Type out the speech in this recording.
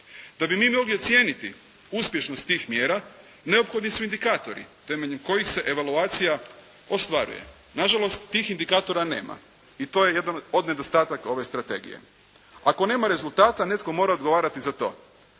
Da bi mi mogli ocijeniti uspješnost tih mjera neophodni su indikatori temeljem kojih se evaluacija ostvaruje. Nažalost, tih indikatora nema i to je jedan od nedostataka ove strategije. Ako nema rezultata netko mora odgovarati za to.